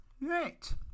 Right